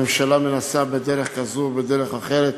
הממשלה מנסה בדרך כזאת, בדרך אחרת,